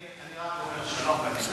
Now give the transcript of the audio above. אני רק אומר שלום ואני בא.